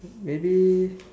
maybe